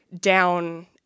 down